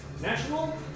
National